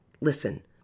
Listen